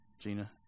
Gina